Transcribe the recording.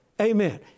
Amen